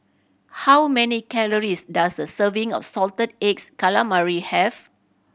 how many calories does a serving of salted eggs calamari have